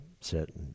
sit